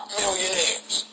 millionaires